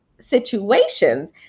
situations